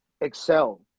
excel